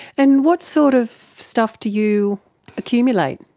and what sort of stuff do you accumulate?